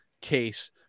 case